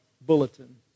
bulletin